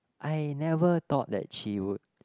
I never thought that she would